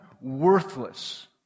worthless